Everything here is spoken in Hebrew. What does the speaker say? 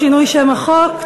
שינוי שם החוק),